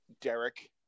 Derek